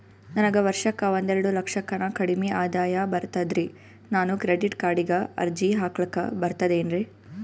ನನಗ ವರ್ಷಕ್ಕ ಒಂದೆರಡು ಲಕ್ಷಕ್ಕನ ಕಡಿಮಿ ಆದಾಯ ಬರ್ತದ್ರಿ ನಾನು ಕ್ರೆಡಿಟ್ ಕಾರ್ಡೀಗ ಅರ್ಜಿ ಹಾಕ್ಲಕ ಬರ್ತದೇನ್ರಿ?